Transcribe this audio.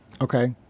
Okay